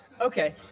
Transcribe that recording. Okay